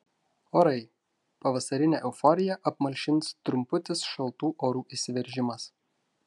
orai pavasarinę euforiją apmalšins trumputis šaltų orų įsiveržimas